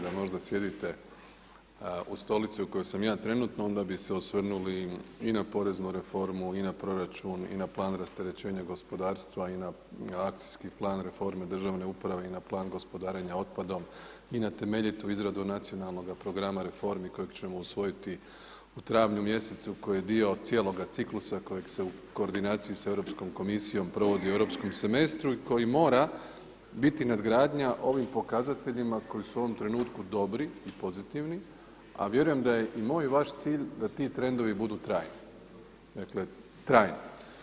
Da možda sjedite u stolici u kojoj sam ja trenutno onda bi se osvrnuli i na poreznu reformu, i na proračun, i na plan rasterećenja gospodarstva, i na akcijski plan reforme državne uprave, i na plan gospodarenja otpadom, i na temeljitu izradu nacionalnog programa reformi kojeg ćemo usvojiti u travnju mjesecu koji je dio cijeloga ciklusa kojeg se u koordinaciji sa Europskom komisijom provodi u europskom semestru i koji mora biti nadgradnja ovim pokazateljima koji su u ovom trenutku dobri i pozitivni, a vjerujem da je i moj i vaš cilj da ti trendovi budu trajni, dakle trajni.